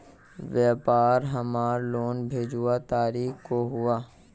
व्यापार हमार लोन भेजुआ तारीख को हुआ?